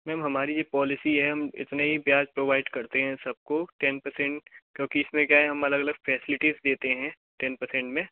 ma'am हमारी ये policy है हम जितने भी ब्याज प्रोवाइड करते हैं सबको टेन पर्सेन्ट क्योंकि इसमें क्या है हम अलग अलग फेसलिटीज देते है टेन पर्सेन्ट में